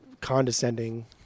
condescending